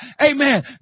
amen